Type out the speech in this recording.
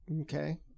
okay